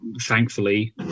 thankfully